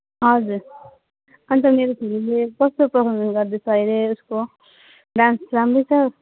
हजुर अन्त मेरो छोरीले कस्तो पर्फमेन्स गर्दैछ अहिले उसको डान्स राम्रै छ